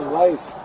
life